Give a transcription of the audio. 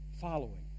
following